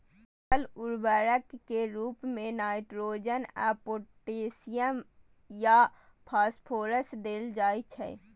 एकल उर्वरक के रूप मे नाइट्रोजन या पोटेशियम या फास्फोरस देल जाइ छै